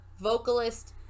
vocalist